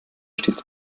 stets